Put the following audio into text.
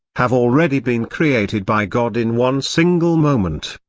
have already been created by god in one single moment.